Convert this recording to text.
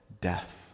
death